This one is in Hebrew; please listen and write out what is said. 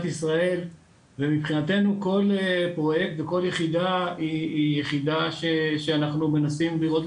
ישראל ומבחינתנו כל פרויקט וכל יחידה היא יחידה שאנחנו מנסים לראות,